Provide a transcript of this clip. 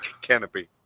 canopy